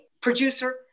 producer